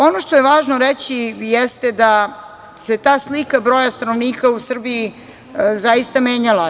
Ono što je važno reći jeste da se ta slika broja stanovnika u Srbiji zaista menjala.